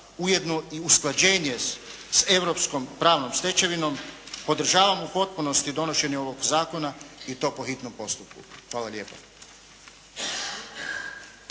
ujedno i usklađenje s europskom pravnom stečevinom podržavam u potpunosti donošenje ovog zakona i to po hitnom postupku. Hvala lijepa.